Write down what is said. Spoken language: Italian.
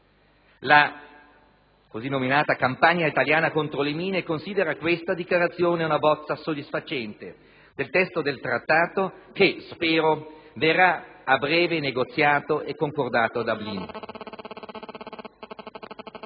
La cosiddetta campagna italiana contro le mine considera questa Dichiarazione una bozza soddisfacente per il testo del trattato che - spero - verrà a breve negoziato e concordato a Dublino.